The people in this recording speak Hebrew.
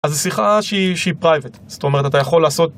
אז זה שיחה שהיא פרייבט, זאת אומרת אתה יכול לעשות